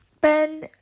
Ben